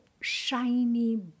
shiny